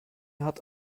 hat